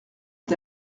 est